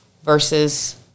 versus